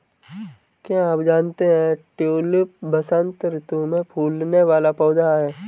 क्या आप जानते है ट्यूलिप वसंत ऋतू में फूलने वाला पौधा है